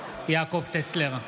יעקב טסלר,